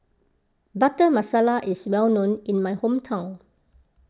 Butter Masala is well known in my hometown